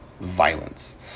violence